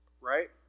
right